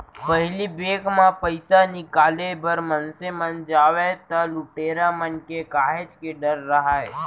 पहिली बेंक म पइसा निकाले बर मनसे मन जावय त लुटेरा मन ले काहेच के डर राहय